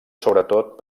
sobretot